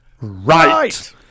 Right